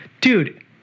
dude